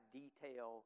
detail